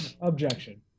Objection